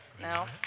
Now